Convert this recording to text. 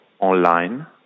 online